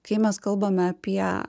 kai mes kalbame apie